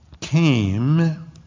came